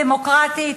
דמוקרטית,